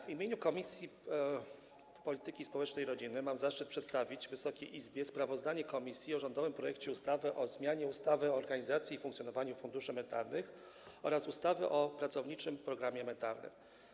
W imieniu Komisji Polityki Społecznej i Rodziny mam zaszczyt przedstawić Wysokiej Izbie sprawozdanie komisji o rządowym projekcie ustawy o zmianie ustawy o organizacji i funkcjonowaniu funduszy emerytalnych oraz ustawy o pracowniczych programach emerytalnych.